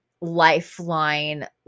lifeline